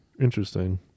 interesting